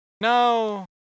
No